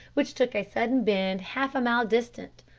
which took a sudden bend half a mile distant,